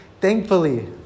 Thankfully